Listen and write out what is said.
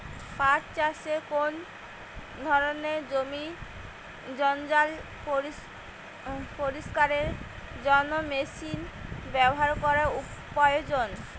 পাট চাষে কোন ধরনের জমির জঞ্জাল পরিষ্কারের জন্য মেশিন ব্যবহার করা প্রয়োজন?